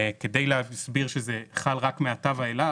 כדי להסביר שזה חל רק מעתה ואילך,